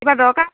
কিবা দৰকাৰ